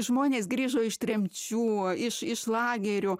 žmonės grįžo iš tremčių iš iš lagerių